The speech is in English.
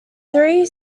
three